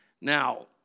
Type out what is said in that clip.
Now